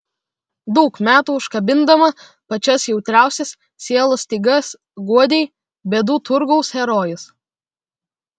daug metų užkabindama pačias jautriausias sielos stygas guodei bėdų turgaus herojus